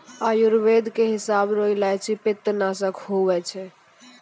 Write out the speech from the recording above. आयुर्वेद के हिसाब रो इलायची पित्तनासक हुवै छै